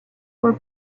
were